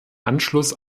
anschluss